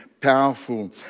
powerful